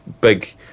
big